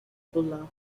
buller